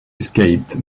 escaped